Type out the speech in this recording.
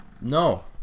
No